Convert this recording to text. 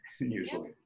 usually